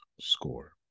score